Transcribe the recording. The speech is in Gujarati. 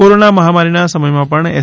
કોરોના મહામારીના સમયમાં પણ એસ